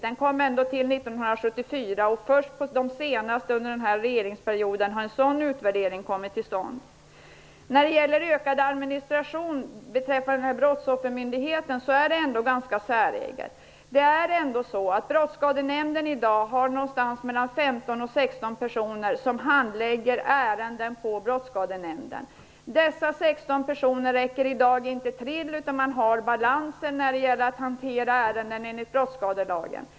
Reformen kom ändå till 1974. Först under den sista tiden av denna regeringsperiod har en sådan utvärdering kommit till stånd. Det är ganska säreget att tala om en ökad administration beträffande den här brottsoffermyndigheten. Brottskadenämnden har i dag 15--16 personer som handlägger ärenden. Dessa personer räcker inte till. Man har stora balanser av ärenden enligt brottsskadelagen.